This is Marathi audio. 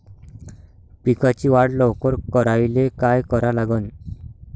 पिकाची वाढ लवकर करायले काय करा लागन?